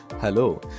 Hello